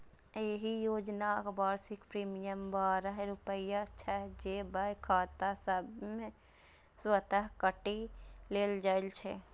एहि योजनाक वार्षिक प्रीमियम बारह रुपैया छै, जे बैंक खाता सं स्वतः काटि लेल जाइ छै